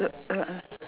err err err